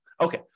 Okay